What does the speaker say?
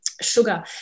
sugar